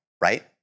right